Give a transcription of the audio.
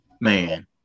man